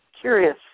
curious